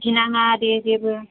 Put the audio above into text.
गिनाङा दे जेबो